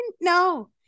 No